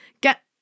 get